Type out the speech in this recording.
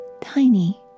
tiny